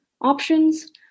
options